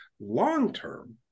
long-term